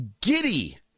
giddy